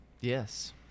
yes